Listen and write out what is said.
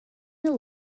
ill